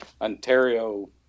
Ontario